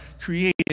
created